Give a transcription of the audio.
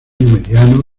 mediano